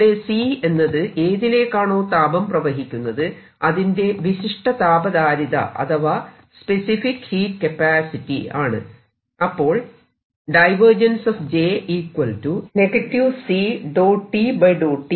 ഇവിടെ C എന്നത് ഏതിലേക്കാണോ താപം പ്രവഹിക്കുന്നത് അതിന്റെ വിശിഷ്ട താപധാരിത അഥവാ സ്പെസിഫിക് ഹീറ്റ് കപ്പാസിറ്റി ആണ്